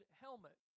helmet